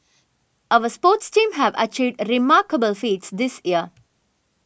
our sports teams have achieved remarkable feats this year